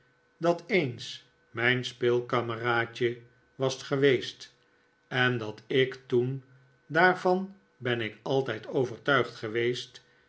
dat eens mijn speelkameraadje was geweest en dat ik toen daarvan ben ik altijd overtuigd geweest